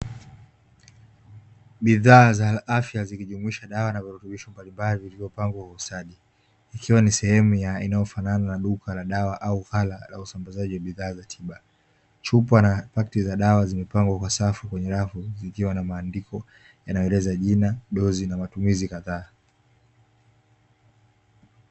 Bidhaa za afya zikijumlisha dawa na virutubisho mbalimbali vilivyopangwa kwa ustadi, ikiwa ni sehemu inayofanana na duka la dawa au ghala la usambazaji wa bidhaa za tiba. Chupa na pakti za dawa zimepangwa kwa safu kwenye rafu, zikiwa na maandiko yanayoeleza jina, dozi na matumizi kadhaa.